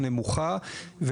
הנמוכה,